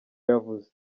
yavuze